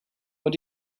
what